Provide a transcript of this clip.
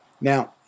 Now